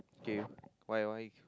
K why why